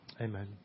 Amen